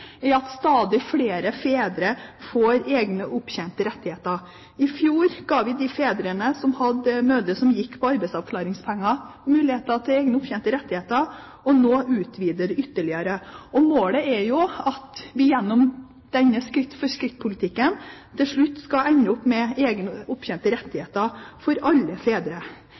at stadig flere fedre får egne opptjente rettigheter. I fjor ga vi fedrene i familier hvor mor gikk på arbeidsavklaringspenger, muligheter til egne opptjente rettigheter. Nå utvider vi ytterligere. Målet er at vi gjennom denne skritt-for-skritt-politikken til slutt skal ende opp med egne opptjente rettigheter for alle fedre.